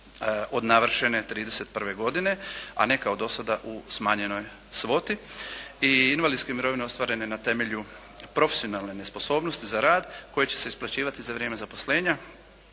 od navršene 31 godine, a ne kao do sada u smanjenoj svoti. I invalidske mirovine ostvarene na temelju profesionalne nesposobnosti za rad koje će se isplaćivati za vrijeme zaposlenja